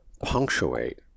punctuate